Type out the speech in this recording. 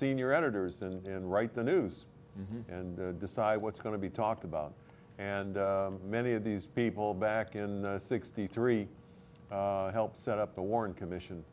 senior editors and write the news and decide what's going to be talked about and many of these people back in sixty three helped set up the warren commission